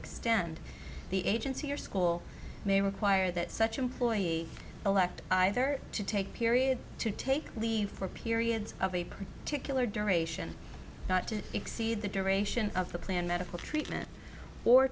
extend the agency your school may require that such employee elect either to take period to take or leave for periods of a particular duration not to exceed the duration of the planned medical treatment or